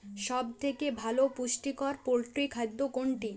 সব থেকে ভালো পুষ্টিকর পোল্ট্রী খাদ্য কোনটি?